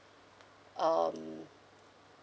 um